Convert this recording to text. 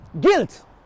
guilt